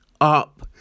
up